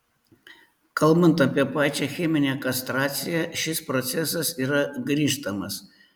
kalbant apie pačią cheminę kastraciją šis procesas yra grįžtamas